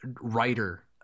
writer